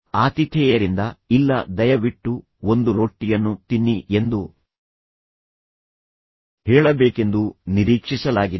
ಆತಿಥೇಯರಿಂದ ಇಲ್ಲ ದಯವಿಟ್ಟು ಒಂದು ರೊಟ್ಟಿಯನ್ನು ತಿನ್ನಿ ಎಂದು ಹೇಳಬೇಕೆಂದು ನಿರೀಕ್ಷಿಸಲಾಗಿದೆ